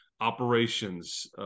operations